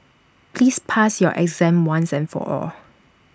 please pass your exam once and for all